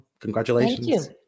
congratulations